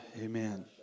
Amen